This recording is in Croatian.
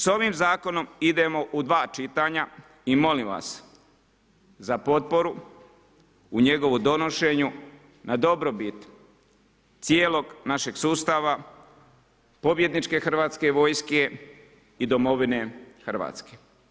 Sa ovim zakonom idemo u dva čitanja i molim vas za potporu u njegovu donošenju na dobrobit cijelog našeg sustava, pobjedničke Hrvatske vojske i Domovine Hrvatske.